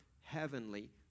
Heavenly